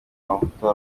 amavuta